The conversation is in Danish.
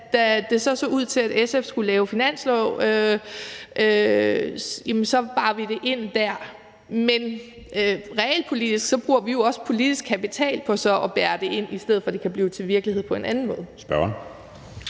da det så ud til, at SF skulle lave finanslov. Men realpolitisk bruger vi jo også politisk kapital på så at bære det ind, i stedet for at det kan blive til virkelighed på en anden måde.